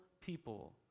people